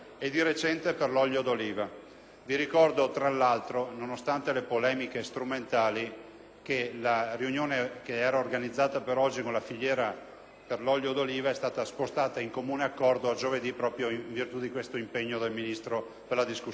Vi ricordo, tra l'altro, nonostante le polemiche strumentali, che la riunione organizzata per oggi con la filiera dell'olio d'oliva è stata posticipata di comune accordo a giovedì, proprio in virtù dell'impegno del Ministro nella discussione odierna.